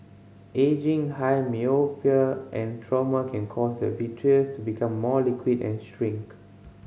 ageing high myopia and trauma can cause the vitreous to become more liquid and shrink